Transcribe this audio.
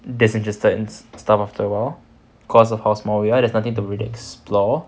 disinterested in stuff after awhile cause of how small we are there's nothing to explore